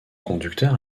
conducteur